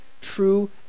true